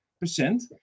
percent